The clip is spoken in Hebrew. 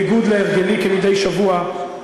בניגוד להרגלי כמדי שבוע,